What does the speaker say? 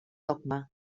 dogma